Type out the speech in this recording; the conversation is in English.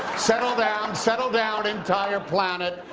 settle down, settle down, entire planet,